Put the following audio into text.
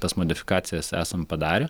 tas modifikacijas esam padarę